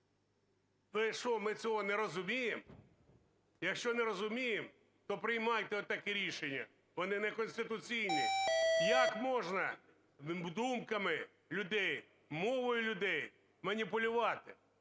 То що, ми цього не розуміємо? Якщо не розуміємо, то приймайте отакі рішення, вони неконституційні. Як можна думками людей, мовою людей маніпулювати?